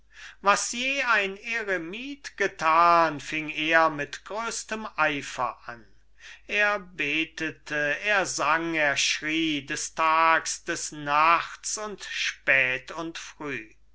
was je ein eremit getan fing er mit größtem eifer an er betete er sang er schrie des tags des nachts und spät und früh